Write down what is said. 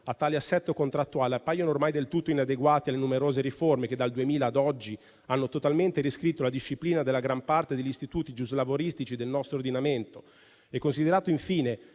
a tale assetto contrattuale appaiono ormai del tutto inadeguati alle numerose riforme che, dal 2000 a oggi, hanno totalmente riscritto la disciplina della gran parte degli istituti giuslavoristici nell'ordinamento italiano; considerato